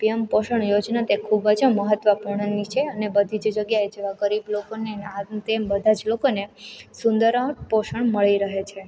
PM Poshan યોજના તે ખૂબજ મહત્ત્વપૂર્ણની છે અને બધીજ જગ્યાએ જેવા ગરીબ લોકોને અને આ બધા જ લોકોને સુંદર પોષણ મળી રહે છે